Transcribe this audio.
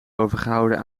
overgehouden